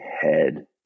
head